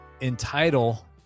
entitle